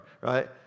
right